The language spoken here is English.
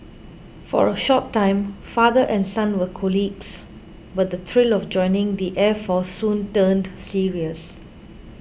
for a short time father and son were colleagues but the thrill of joining the air force soon turned serious